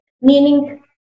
meaning